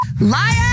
liar